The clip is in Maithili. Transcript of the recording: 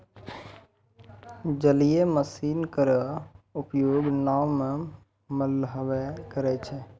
जलीय मसीन केरो उपयोग नाव म मल्हबे करै छै?